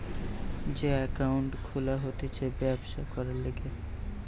যে একাউন্ট খুলা হতিছে ব্যবসা করবার লিগে